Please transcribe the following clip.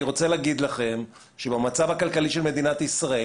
אני רוצה להגיד לכם שבמצב הכלכלי לש מדינת ישראל,